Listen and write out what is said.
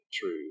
true